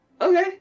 Okay